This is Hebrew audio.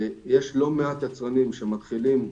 יש לא מעט יצרנים שמתחילים,